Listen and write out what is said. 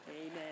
amen